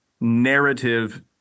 narrative